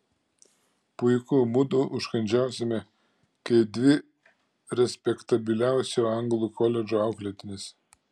puiku mudu užkandžiausime kaip dvi respektabiliausio anglų koledžo auklėtinės